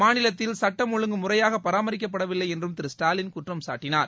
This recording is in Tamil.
மாநிலத்தில் சட்டம் ஒழுங்கு முறையாக பராமரிக்கப்படவில்லை என்றும் திரு ஸ்டாலின் குற்றம்சாட்டினார்